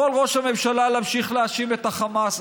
יכול ראש הממשלה להמשיך להאשים את החמאס.